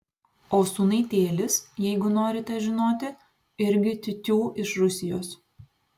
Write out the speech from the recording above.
o sūnaitėlis jeigu norite žinoti irgi tiutiū iš rusijos